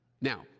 Now